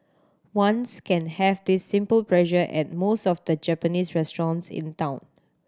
ones can have this simple pleasure at most of the Japanese restaurants in town